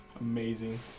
amazing